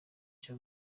cya